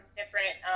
different